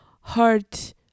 heart